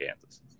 Kansas